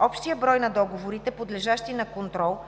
Общият брой на договорите, подлежащи на контрол